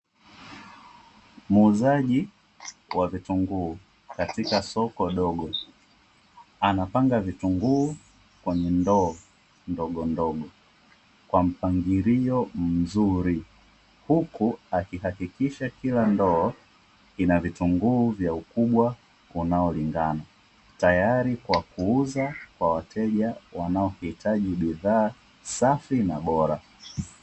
Muuzaji wa vitunguu katika soko dogo, anapanga vitunguu kwenye ndoo ndogondogo, kwa mpangilio mzuri, huku akihakikisha kila ndoo ina vitunguu vya ukubwa unaolingana, tayari kwa kuuza kwa wateja wanaohitaji bidhaa safi na bora.